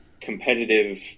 competitive